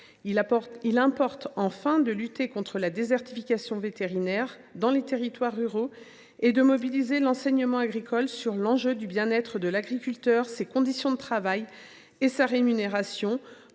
Il importe enfin de lutter contre la désertification vétérinaire dans les territoires ruraux et de mobiliser l’enseignement agricole sur l’enjeu du bien être de l’agriculteur, ses conditions de travail et sa rémunération,